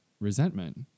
resentment